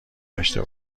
داشته